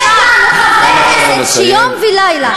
נכון, את, יש לנו חברי כנסת שיום ולילה,